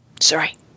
Sorry